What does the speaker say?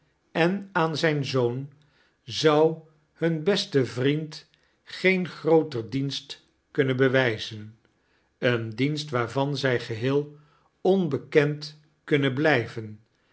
en aan zijn zoon zou hum beste vriend geen grooter dienst kunnen bewijzen een dienst waarvan zij geheel onbekend kunnen blijven